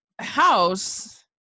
house